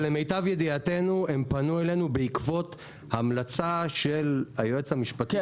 אבל למיטב ידיעתנו הם פנו אלינו בעקבות המלצה של היועץ המשפטי